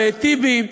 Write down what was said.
ואת טיבי,